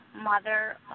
mother